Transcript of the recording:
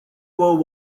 world